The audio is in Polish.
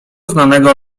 znanego